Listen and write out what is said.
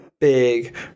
big